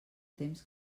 temps